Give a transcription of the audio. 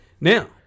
Now